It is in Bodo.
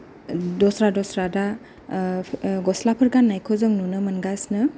दस्रा दस्रा दा ओ गस्लाफोर गाननायखौ जों नुनो मोनगासिनो